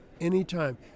anytime